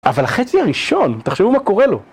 אבל החצי הראשון, תחשבו מה קורה לו.